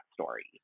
story